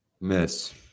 Miss